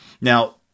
Now